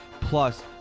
plus